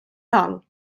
dol